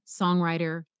songwriter